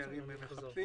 התקציב